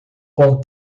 com